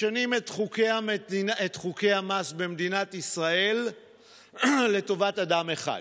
משנים את חוקי המס במדינת ישראל לטובת אדם אחד,